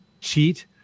cheat